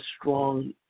strong